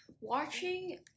watching